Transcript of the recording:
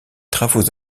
travaux